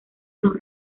los